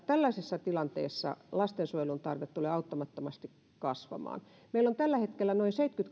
tällaisessa tilanteessa lastensuojelun tarve tulee auttamattomasti kasvamaan meillä on tällä hetkellä noin